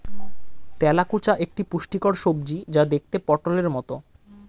তেলাকুচা একটি পুষ্টিকর সবজি যা দেখতে পটোলের মতো